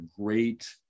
great